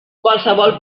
qualsevol